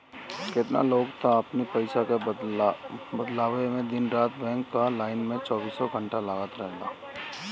केतना लोग तअ अपनी पईसा के बदलवावे में दिन रात बैंक कअ लाइन में चौबीसों घंटा लागल रहे